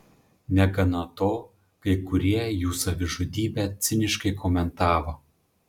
negana to kai kurie jų savižudybę ciniškai komentavo